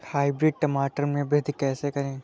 Hybrid टमाटर में वृद्धि कैसे करें?